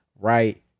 right